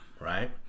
right